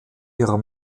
ihrer